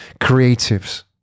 creatives